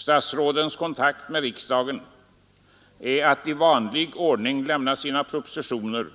Statsrådens kontakt med riksdagen består i att i vanlig ordning lämna sina propositioner